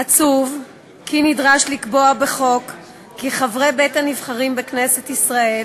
עצוב שנדרש לקבוע בחוק כי על חברי בית-הנבחרים בישראל